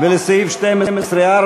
לסעיף 12(4)